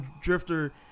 drifter